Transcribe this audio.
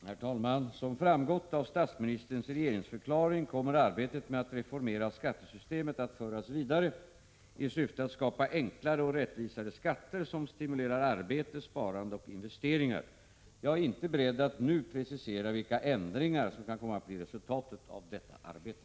Herr talman! Som framgått av statsministerns regeringsförklaring kommer arbetet med att reformera skattesystemet att föras vidare i syfte att skapa enklare och rättvisare skatter, som stimulerar arbete, sparande och investeringar. Jag är inte beredd att nu precisera vilka ändringar som kan komma att bli resultatet av detta arbete.